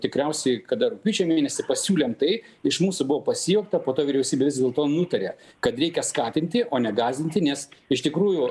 tikriausiai kada rugpjūčio mėnesį pasiūlėm tai iš mūsų buvo pasijuokta po to vyriausybė vis dėlto nutarė kad reikia skatinti o ne gąsdinti nes iš tikrųjų